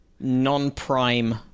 non-prime